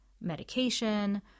medication